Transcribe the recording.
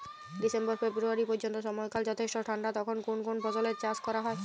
December ফেব্রুয়ারি পর্যন্ত সময়কাল যথেষ্ট ঠান্ডা তখন কোন কোন ফসলের চাষ করা হয়?